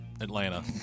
Atlanta